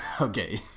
Okay